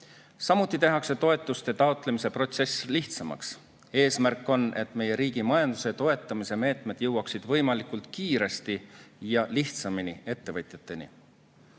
Samuti tehakse toetuste taotlemise protsess lihtsamaks. Eesmärk on, et meie riigi majanduse toetamise meetmed jõuaksid võimalikult kiiresti ja lihtsamini ettevõtjateni.